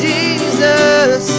Jesus